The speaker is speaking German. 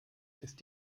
ist